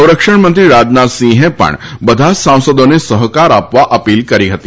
સંરક્ષણમંત્રી રાજનાથસિંહે પણ બધા જ સાંસદોને સહકાર આપવા અપીલ કરી હતી